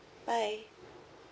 bye